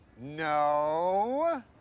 No